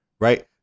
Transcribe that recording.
Right